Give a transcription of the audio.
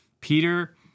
Peter